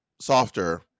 softer